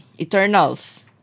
Eternals